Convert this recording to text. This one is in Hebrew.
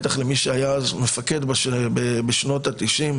בטח למי שהיה אז מפקד בשנות ה-90,